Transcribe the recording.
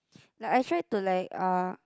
like I tried to like uh